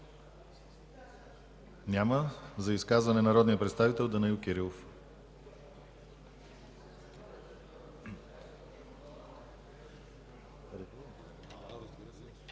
Няма. За изказване – народният представител Данаил Кирилов.